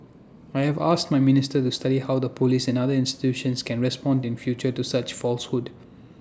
I have asked my ministry to study how the Police and other institutions can respond in future to such falsehoods